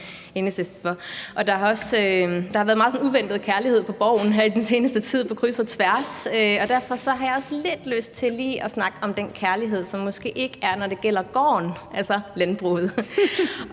Der har også været meget uventet kærlighed den seneste tid på kryds og tværs her på Borgen, og derfor har jeg også lidt lyst til lige at snakke om den kærlighed, som der måske ikke er, når det gælder gården, altså landbruget.